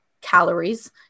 calories